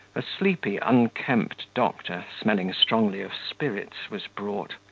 a sleepy, unkempt doctor, smelling strongly of spirits, was brought.